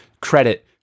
credit